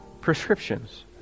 prescriptions